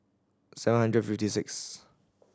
seven hundred and fifty sixth